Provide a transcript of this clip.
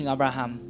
Abraham